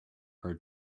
her